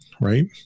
Right